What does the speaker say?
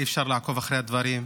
אי-אפשר לעקוב אחרי הדברים,